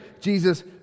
Jesus